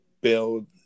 build